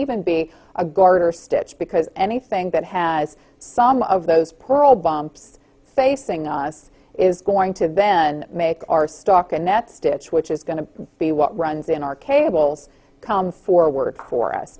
even be a garter stitch because anything that has some of those pearl bumps facing us is going to then make our stock a net stitch which is going to be what runs in our cables come forward for us